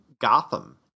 Gotham